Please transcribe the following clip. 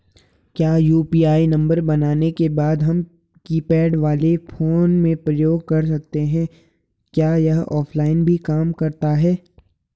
क्या UPI number बनाने के बाद हम कीपैड वाले फोन में प्रयोग कर सकते हैं क्या यह ऑफ़लाइन भी काम करता है?